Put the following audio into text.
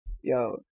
yo